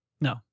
No